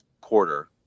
quarter